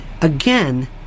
again